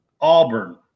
Auburn